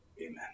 Amen